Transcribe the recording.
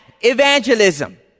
evangelism